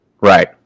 Right